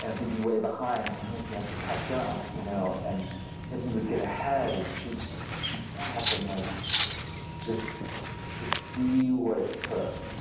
and he'd be way behind and then he'd have to catch up. you know and then he would get ahead and shoot shoot back and like just to see what it took